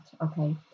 okay